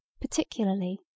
Particularly